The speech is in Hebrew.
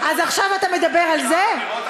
אז עכשיו אתה מדבר על זה?